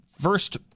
First